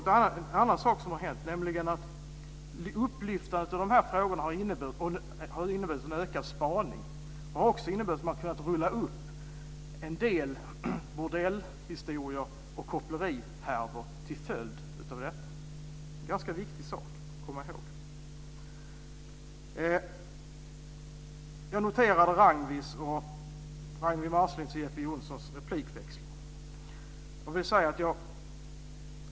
En annan sak har också hänt, nämligen det faktum att frågorna har lyfts fram har inneburit en ökad spaning. En del bordellhistorier och kopplerihärvor har rullats upp till följd av detta. Det är en ganska viktig sak att komma ihåg. Johnssons replikväxling.